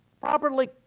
Properly